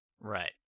Right